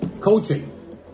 coaching